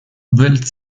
built